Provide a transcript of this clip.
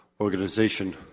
organization